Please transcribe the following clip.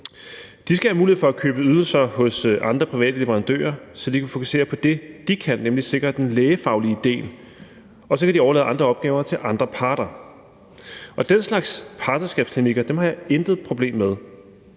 De skal have mulighed for at købe ydelser hos andre private leverandører, så de kan fokusere på det, de kan, nemlig at sikre den lægefaglige del, og så kan de overlade andre opgaver til andre parter. Den slags partnerskabsklinikker har jeg intet problem med.